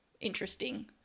interesting